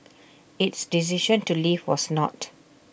its decision to leave was not